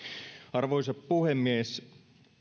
arvoisa puhemies